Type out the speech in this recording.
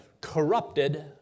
corrupted